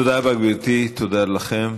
תודה רבה, גברתי, תודה לכם.